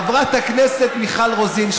חברת הכנסת מיכל רוזין,